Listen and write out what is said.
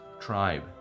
tribe